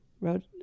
wrote